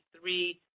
three